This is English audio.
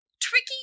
Tricky